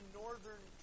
northern